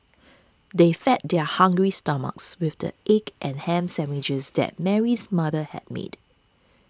they fed their hungry stomachs with the egg and ham sandwiches that Mary's mother had made